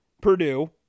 Purdue